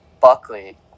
Buckley